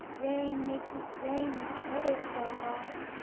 rain may keep raining, and others go roam,